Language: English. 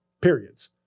periods